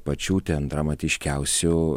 pačių ten dramatiškiausių